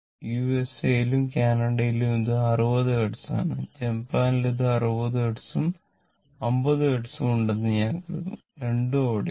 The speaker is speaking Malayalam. യുഎസ്എയിലും കാനഡയിലും ഇത് 60 ഹെർട്സ് ആണ് ജപ്പാനിൽ ഇതിന് 60 ഹെർട്സും 50 ഹെർട്സും ഉണ്ടെന്ന് ഞാൻ കരുതുന്നു രണ്ടും അവിടെയുണ്ട്